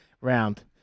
round